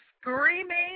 screaming